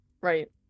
right